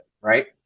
right